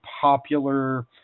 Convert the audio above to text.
popular